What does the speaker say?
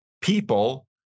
people